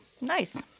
Nice